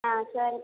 ஆ சரி